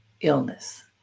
Illness